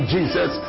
Jesus